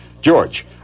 George